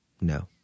No